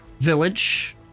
village